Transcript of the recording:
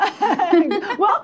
Welcome